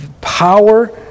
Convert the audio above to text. power